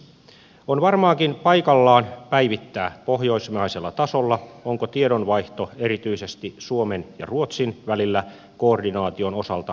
on varmaankin paikallaan päivittää pohjoismaisella tasolla onko tiedonvaihto erityisesti suomen ja ruotsin välillä koordinaation osalta varmasti kunnossa